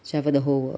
travel the whole world